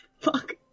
Fuck